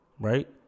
Right